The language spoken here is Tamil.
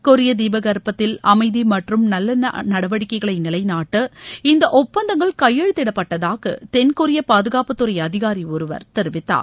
கொரிய தீபகற்பத்தில் அமைதி மற்றும் நல்லெண்ண நடவடிக்கைகளை நிலைநாட்ட இந்த ஒப்பந்தங்கள் கையெழுத்திடப்பட்டதாக தென்கொரிய பாதுகாப்புத்துறை அதிகாரி ஒருவர் தெரிவித்தார்